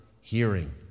hearing